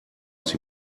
sie